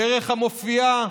דרך המופיעה